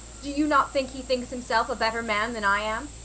do you not think he thinks himself a better man than i am?